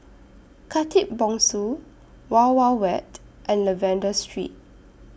Khatib Bongsu Wild Wild Wet and Lavender Street